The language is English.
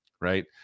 right